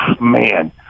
man